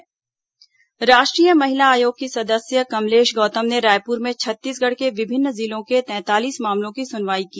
महिला आयोग सुनवाई राष्ट्रीय महिला आयोग की सदस्य कमलेश गौतम ने रायपुर में छत्तीसगढ़ के विभिन्न जिलों के तैंतालीस मामलों की सुनवाई की